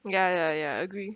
ya ya ya agree